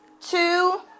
Two